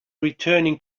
returning